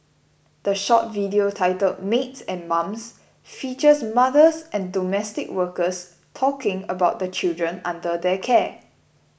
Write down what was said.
the short video titled Maids and Mums features mothers and domestic workers talking about the children under their care